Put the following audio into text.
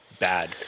bad